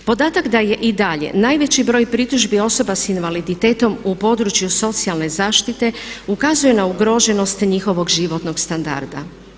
Podatak da je i dalje najveći broj pritužbi osoba sa invaliditetom u području socijalne zaštite ukazuje na ugroženost njihovog životnog standarda.